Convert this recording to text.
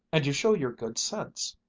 and you show your good sense.